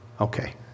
Okay